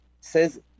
says